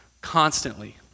constantly